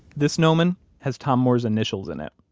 this gnomon has tom moore's initials in it.